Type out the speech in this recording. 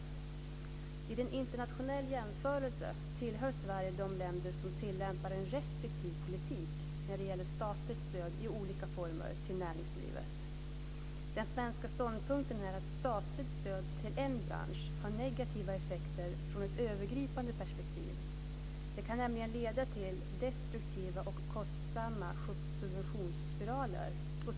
Vid en internationell jämförelse tillhör Sverige de länder som tillämpar en restriktiv politik när det gäller statligt stöd i olika former till näringslivet. Den svenska ståndpunkten är att statligt stöd till en bransch har negativa effekter från ett övergripande perspektiv. Det kan nämligen leda till destruktiva och kostsamma subventionsspiraler.